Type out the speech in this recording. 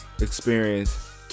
experience